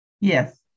Yes